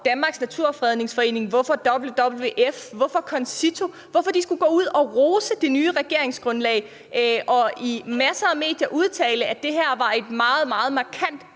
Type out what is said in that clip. Danmarks Naturfredningsforening, at WWF, at CONCITO skulle gå ud og rose det nye regeringsgrundlag og i masser af medier udtale, at det her var et meget, meget markant